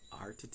art